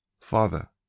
Father